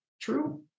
true